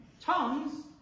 tongues